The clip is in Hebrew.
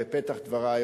בפתח דברי,